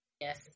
Yes